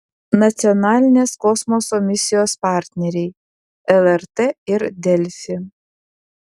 nacionalinės kosmoso misijos partneriai lrt ir delfi